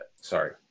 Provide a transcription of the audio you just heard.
sorry